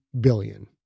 billion